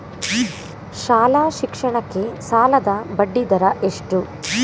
ಶಾಲಾ ಶಿಕ್ಷಣಕ್ಕೆ ಸಾಲದ ಬಡ್ಡಿದರ ಎಷ್ಟು?